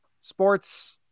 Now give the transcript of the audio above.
sports